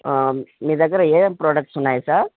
మీ దగ్గర ఏ ప్రోడక్ట్స్ ఉన్నాయి సార్